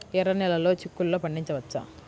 ఎర్ర నెలలో చిక్కుల్లో పండించవచ్చా?